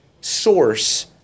source